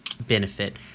benefit